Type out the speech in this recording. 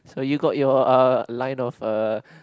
so you got your uh line of uh